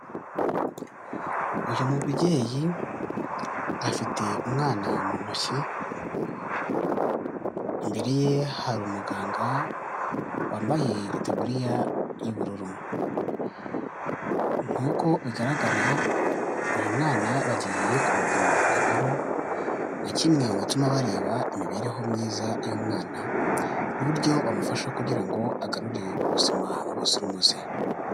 Uyu mubyeyi afite umwana mu ntoki, imbere ye hari umuganga wambaye itaburiya y'ubururu, nk'uko bigaragara uyu mwana bagiye kumupima ibiro nka kimwe mu bituma bareba imibereho myiza y'umwana n'uburyo bamufasha kugira ngo agarure ubuzima buzira umuze.